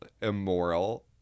immoral